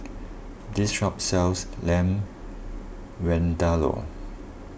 this shop sells Lamb Vindaloo